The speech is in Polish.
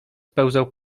pełzał